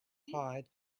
pod